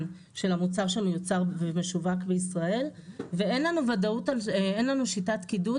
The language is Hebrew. של המוצר שמיוצר ומשווק בישראל ואין לנו שיטת קידוד,